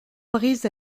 brise